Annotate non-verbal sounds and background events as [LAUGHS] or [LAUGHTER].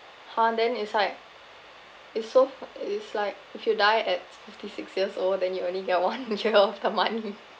!huh! then it's like is so it's like if you die at fifty six years old then you only get one [LAUGHS] year of the money [LAUGHS]